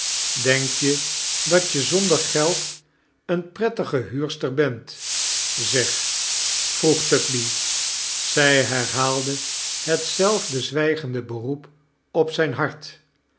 denk je dat je zonder geld eenprettige huurster bent zeg vroeg tugby zij berhaalde hetzelfde zwijgende beroep op zijn hart